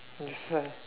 that's why